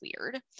weird